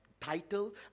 title